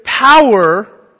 power